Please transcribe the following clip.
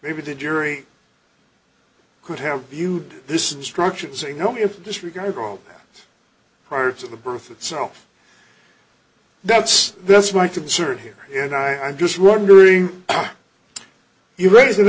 maybe the jury could have viewed this instruction say no in this regard all prior to the birth itself that's that's my concern here and i'm just wondering you raise an